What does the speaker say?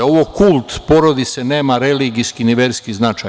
Ovo - kult porodice, nema religijski ni verski značaj.